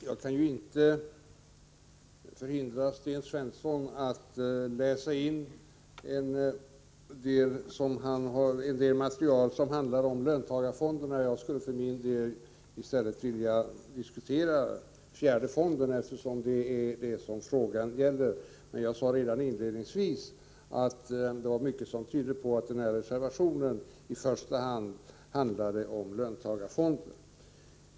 Fru talman! Jag kan inte hindra Sten Svensson att läsa in material som handlar om löntagarfonderna, men jag skulle för min del i stället vilja diskutera fjärde AP-fonden, eftersom det är den som frågan gäller. Men jag sade ju inledningsvis att mycket tyder på att reservationen i första hand 113 handlar om löntagarfonderna.